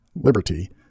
liberty